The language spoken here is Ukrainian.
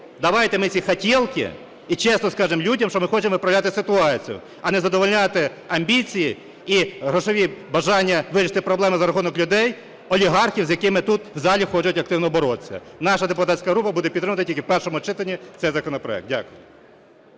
Давайте ми ці "хотєлки"… І чесно кажемо людям, що ми хочемо виправляти ситуацію, а не задовольняти амбіції і грошові бажання вирішити проблему за рахунок людей олігархів, з якими тут в залі хочуть активно боротися. Наша депутатська група буде підтримувати тільки в першому читанні цей законопроект. Дякую.